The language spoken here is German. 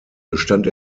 bestand